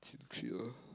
chill chill